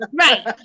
Right